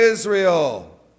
Israel